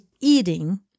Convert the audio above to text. eating